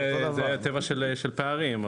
זה הטבע של פערים,